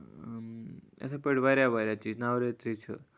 یِتھَے پٲٹھۍ واریاہ واریاہ چیٖز نَوریترٛی چھُ